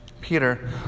Peter